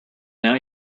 now